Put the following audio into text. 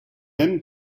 aime